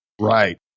Right